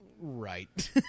Right